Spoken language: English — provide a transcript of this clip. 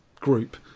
group